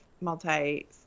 multi